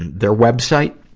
and their web site,